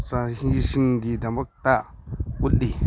ꯆꯍꯤꯁꯤꯡꯒꯤꯗꯃꯛꯇ ꯎꯠꯂꯤ